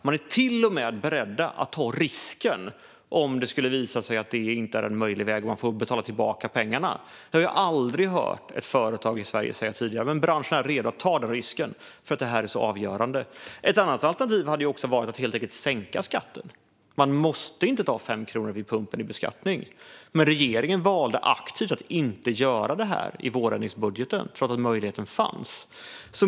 Man är till och med beredd att ta risken att det sedan skulle visa sig att det inte är en möjlig väg och att man måste betala tillbaka pengarna. Sådant har jag aldrig hört ett företag i Sverige säga tidigare, men branschen är redo att ta den risken för att detta är så avgörande. Ett annat alternativ hade varit att helt enkelt sänka skatten. Man måste inte ta ut 5 kronor i skatt vid pumpen. Men regeringen valde aktivt att inte utnyttja denna möjlighet i vårändringsbudgeten trots att den fanns.